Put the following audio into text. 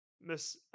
Miss